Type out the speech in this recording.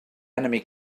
enemy